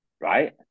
right